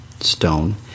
stone